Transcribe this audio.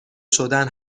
شدن